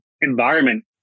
environment